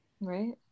Right